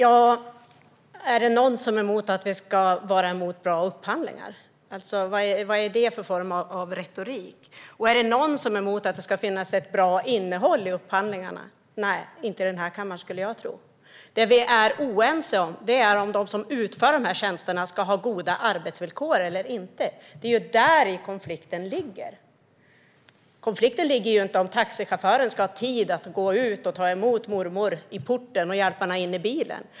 Herr talman! Är det någon som är emot bra upphandlingar? Vad är det för retorik? Är det någon som är emot ett bra innehåll i upphandlingarna? Nej, inte i den här kammaren. Men vi är oense om huruvida de som utför tjänsterna ska ha goda arbetsvillkor eller inte. Det är däri konflikten ligger. Konflikten handlar inte om taxichauffören ska ha tid att gå ut och ta emot mormor i porten och hjälpa henne in i bilen.